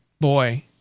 boy